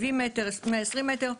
20 מטר או 120 מטר.